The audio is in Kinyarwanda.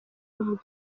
ubu